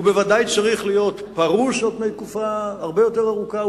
הוא בוודאי צריך להיות פרוס על פני תקופה הרבה יותר ארוכה,